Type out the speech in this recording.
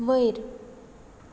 वयर